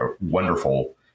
wonderful